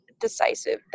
decisive